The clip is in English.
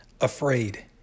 afraid